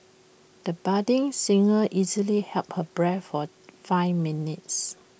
the budding singer easily held her breath for five minutes